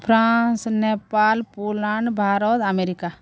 France Nepal Poland Bharat America